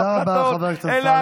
תודה רבה, חבר הכנסת אמסלם.